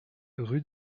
rue